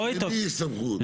למי יש סמכות?